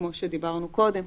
כמו שדיברנו קודם,